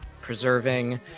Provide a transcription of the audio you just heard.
preserving